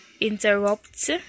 interrupt